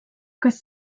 kas